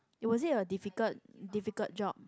is was it a difficult difficult job